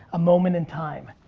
a moment in time.